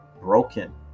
broken